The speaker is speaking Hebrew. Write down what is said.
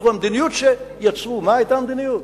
תראו, המדיניות שיצרו, מה היתה המדיניות?